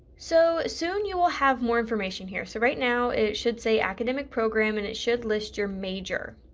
so soon you will have more information here so right now it should say academic program and it should list your major.